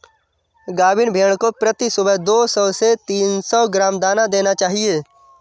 गाभिन भेड़ को प्रति सुबह दो सौ से तीन सौ ग्राम दाना देना चाहिए